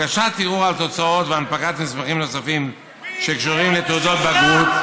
הגשת ערעור על תוצאות והנפקת מסמכים נוספים שקשורים לתעודות בגרות,